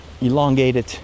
elongated